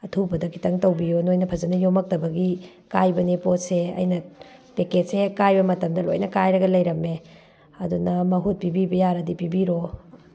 ꯑꯊꯨꯕꯗ ꯈꯤꯇꯪ ꯇꯧꯕꯤꯌꯣ ꯅꯣꯏꯅ ꯐꯖꯅ ꯌꯣꯝꯂꯛꯇꯕꯒꯤ ꯀꯥꯏꯕꯅꯦ ꯄꯣꯠꯁꯦ ꯑꯩꯅ ꯄꯦꯀꯦꯠꯁꯦ ꯍꯦꯛ ꯀꯥꯏꯕ ꯃꯇꯝꯗ ꯂꯣꯏꯅ ꯀꯥꯏꯔꯒ ꯂꯩꯔꯝꯃꯦ ꯑꯗꯨꯅ ꯃꯍꯨꯠ ꯄꯤꯕꯤꯕ ꯌꯥꯔꯗꯤ ꯄꯤꯕꯤꯔꯣ